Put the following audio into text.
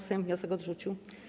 Sejm wniosek odrzucił.